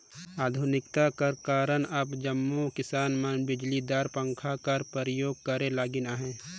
आधुनिकता कर कारन अब जम्मो किसान मन बिजलीदार पंखा कर परियोग करे लगिन अहे